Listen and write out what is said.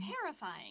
terrifying